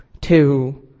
two